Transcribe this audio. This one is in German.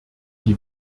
die